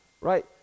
Right